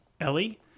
Ellie